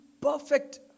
perfect